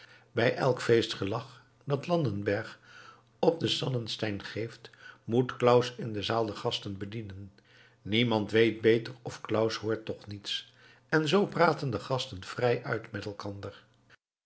bij elk feestgelag dat landenberg op den sarnenstein geeft moet claus in de zaal de gasten bedienen niemand weet beter of claus hoort toch niets en zoo praten de gasten vrij uit met elkander